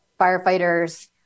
firefighters